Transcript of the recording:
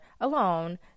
alone